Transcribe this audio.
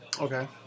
Okay